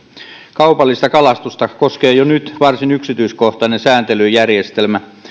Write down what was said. kaupallista kalastusta koskee jo jo nyt varsin yksityiskohtainen sääntelyjärjestelmä